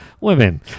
women